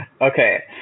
Okay